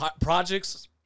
projects